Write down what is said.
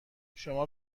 شما